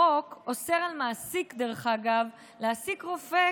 החוק אוסר על מעסיק להעסיק רופא,